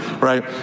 right